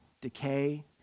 decay